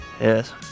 Yes